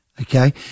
Okay